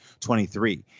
23